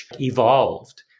evolved